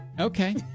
Okay